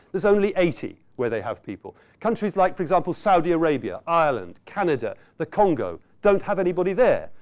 there's only eighty where they have people. countries like, for example, saudi arabia, ireland, canada, the congo, don't have anybody there.